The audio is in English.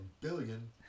billion